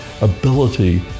ability